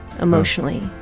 emotionally